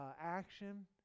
action